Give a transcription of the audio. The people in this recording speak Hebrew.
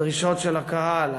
הדרישות של הקהל,